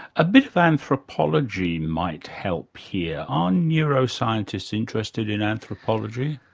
a bit of anthropology might help here. are neuroscientists interested in anthropology?